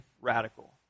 radical